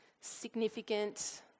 significant